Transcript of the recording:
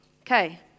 Okay